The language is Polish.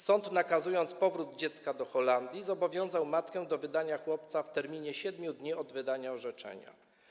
Sąd, nakazując powrót dziecka do Holandii, zobowiązał matkę do wydania chłopca w terminie 7 dni od wydania orzeczenia.